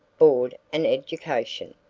board and education.